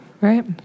Right